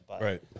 Right